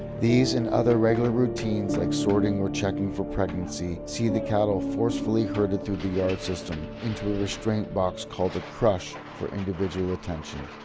these and other regular routines like sorting or checking for pregnancy see the cattle forcefully herded through the yard system into a restraint box called a crush for individual attention.